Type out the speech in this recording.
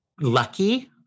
lucky